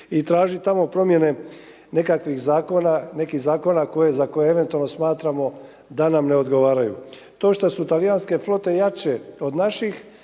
i tražiti tamo promjene nekih zakona za koje eventualno smatramo da nam ne odgovaraju. To šta su talijanske flote jače od naših,